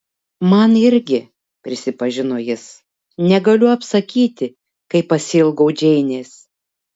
man irgi prisipažino jis negaliu apsakyti kaip pasiilgau džeinės